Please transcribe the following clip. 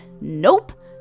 nope